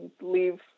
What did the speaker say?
leave